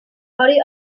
body